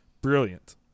brilliant